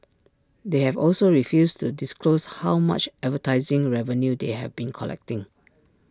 they have also refused to disclose how much advertising revenue they have been collecting